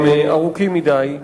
הם ארוכים מדי.